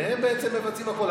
והם מבצעים הכול.